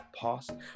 past